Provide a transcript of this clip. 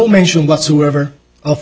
mention whatsoever of